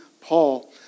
Paul